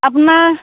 আপোনাৰ